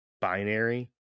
binary